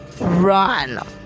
run